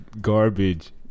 garbage